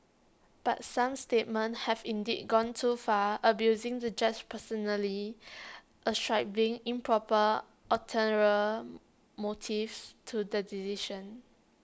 but some statements have indeed gone too far abusing the judges personally ascribing improper ulterior motives to the decision